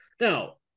Now